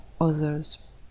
others